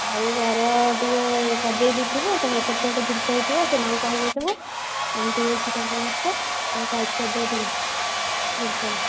ଆଉ ଘର ଟିକିଏ ସଜେଇ ଦେଇଥିବୁ ସବୁ ଏପଟସେପଟ ଜିନିଷ ହେଇଥିବ ସୀମାକୁ କହିଦେଇଥିବୁ ଏମିତି ହେଇଚି ତାଙ୍କ ଘରଟା ତେଣୁ ସାଇଜ୍ କରିଦେବୁ ଟିକିଏ ବିଞ୍ଛଣା